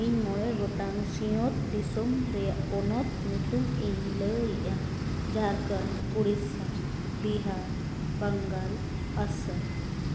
ᱤᱧ ᱢᱚᱬᱮ ᱜᱚᱴᱟᱝ ᱥᱤᱧᱚᱛ ᱫᱤᱥᱚᱢ ᱨᱮᱭᱟᱜ ᱯᱚᱱᱚᱛ ᱧᱩᱛᱩᱢ ᱤᱧ ᱞᱟᱹᱭᱮᱜᱼᱟ ᱡᱷᱟᱲᱠᱷᱚᱸᱰ ᱳᱰᱤᱥᱟ ᱵᱤᱦᱟᱨ ᱵᱟᱝᱜᱟᱞ ᱟᱥᱟᱢ